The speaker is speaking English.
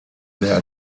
their